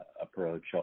approach